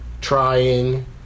trying